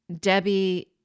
Debbie